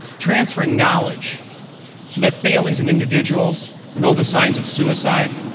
transferring knowledge so that families and individuals know the signs of suicide,